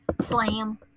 Slam